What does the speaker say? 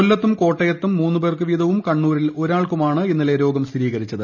കൊല്ലത്തും കോട്ടയത്തും മൂന്ന് പേർക്ക് വീതവും കണ്ണൂരിൽ ഒരാൾക്കുമാണ് ഇന്നലെ രോഗം സ്ഥിരീകരിച്ചത്